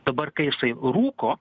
dabar kai jisai rūko